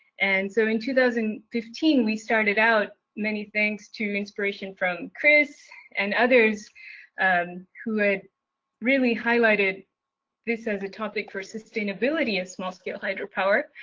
and so in two thousand and fifteen, we started out, many thanks to inspiration from chris and others who had really highlighted this as a topic for sustainability of small-scale hydropower.